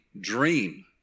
dream